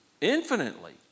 infinitely